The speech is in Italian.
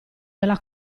della